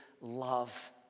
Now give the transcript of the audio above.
love